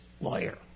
lawyer